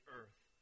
earth